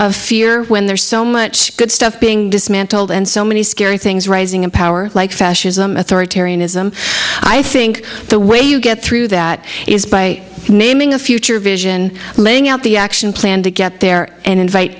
of fear when there's so much good stuff being dismantled and so many scary things rising in power like fascism authoritarianism i think the way you get through that is by naming a future vision laying out the action plan to get there and invite